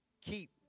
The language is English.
keep